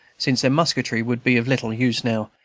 since their musketry would be of little use now,